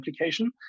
application